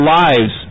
lives